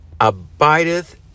abideth